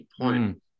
point